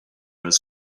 his